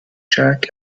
jack